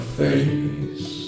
face